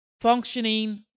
functioning